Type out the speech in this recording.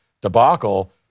debacle